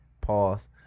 Pause